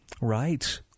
Right